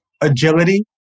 agility